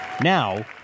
Now